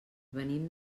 venim